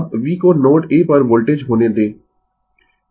अब v को node A पर वोल्टेज होने दें